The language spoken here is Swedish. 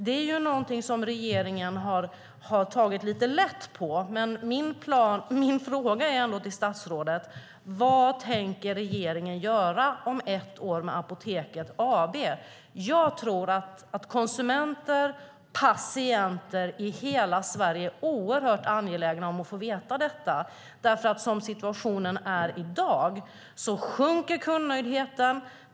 Det är någonting som regeringen har tagit lite lätt på, men min fråga är ändå till statsrådet: Vad tänker regeringen göra om ett år med Apoteket AB? Jag tror att konsumenter och patienter i hela Sverige är oerhört angelägna om att få veta detta. Som situationen är i dag sjunker kundnöjdheten.